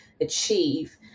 achieve